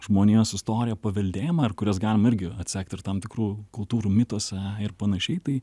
žmonijos istoriją paveldėjimą ir kurias galim irgi atsekti ir tam tikrų kultūrų mituose ir panašiai tai